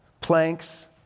planks